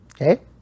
okay